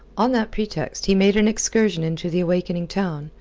on that pretext, he made an excursion into the awakening town,